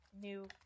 new